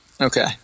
Okay